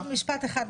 רק עוד משפט אחד,